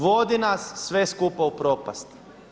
Vodi nas sve skupa u propast.